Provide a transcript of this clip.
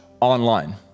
online